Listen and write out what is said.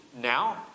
now